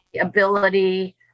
ability